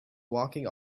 walking